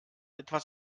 etwas